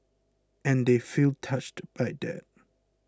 and they feel touched by that